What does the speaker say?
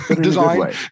design